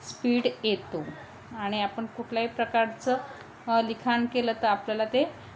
speed येतो आणि आपण कुठल्याही प्रकारचं लिखाण केलं तर आपल्याला ते